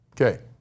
okay